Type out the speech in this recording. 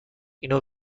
اینو